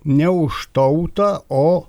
ne už tautą o